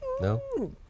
No